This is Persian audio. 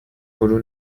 فرو